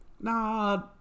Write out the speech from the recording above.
nah